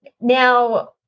Now